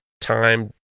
time